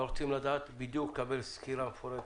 אנחנו רוצים לדעת בדיוק ולקבל סקירה מפורטת.